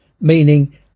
meaning